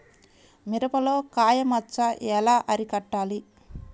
మిరపలో కాయ మచ్చ ఎలా అరికట్టాలి?